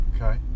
Okay